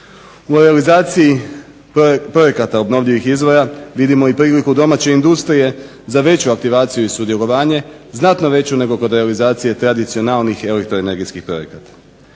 U realizaciji projekata obnovljivih izvora vidimo i priliku domaće industrije za veću aktivaciju i sudjelovanje znatno veću nego kod realizacije tradicionalnih elektroenergetskih projekata.